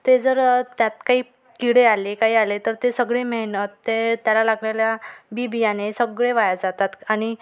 ते जर त्यात काही किडे आले काही आले तर ते सगळे मेहनत ते त्याला लागलेल्या बीबियाणे सगळे वाया जातात आणि